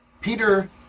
Peter